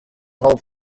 hoped